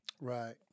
Right